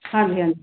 ਹਾਂਜੀ ਹਾਂਜੀ